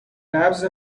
نبض